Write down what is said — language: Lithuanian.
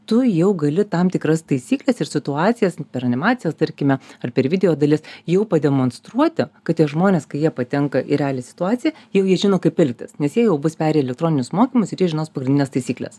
tu jau gali tam tikras taisykles ir situacijas per animaciją tarkime ar per video dali jau pademonstruoti kad tie žmonės kai jie patenka į realią situaciją jau jie žino kaip elgtis nes jie jau bus perėję elektroninius mokymus ir jie žinos pagrindines taisykles